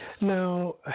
Now